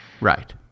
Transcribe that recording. Right